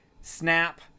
snap